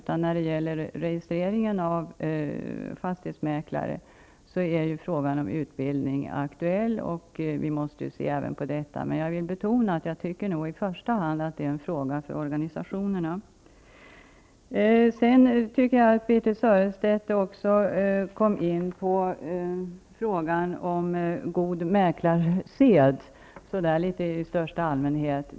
Fastighetsmäklarnas utbildning är ju aktuell i samband med spörsmålet om registreringen av fastighetsmäklare, och vi måste se även på detta. Jag vill dock betona att jag tycker att detta nog i första hand är en fråga för organisationerna. Birthe Sörestedt kom också in på frågan om god mäklarsed i största allmänhet.